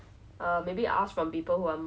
err hope for